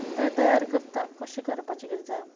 तें तयार करता कशें करपाचें किदें तें